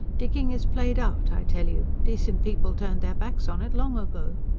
digging is played out, i tell you. decent people turned their backs on it long ago.